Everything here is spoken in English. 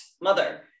mother